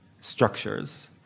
structures